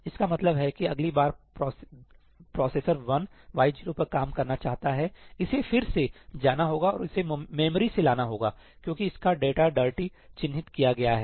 इसका मतलब है कि अगली बार प्रोसेसर 1 y 0 पर काम करना चाहता है इसे फिर से जाना होगा और इसे मेमोरी से लाना होगा क्योंकि इसका डेटा डर्टी चिह्नित किया गया है